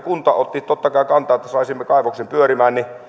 kunta otti totta kai kantaa että saisimme kaivoksen pyörimään ja